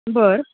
बरं